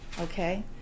okay